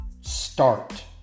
Start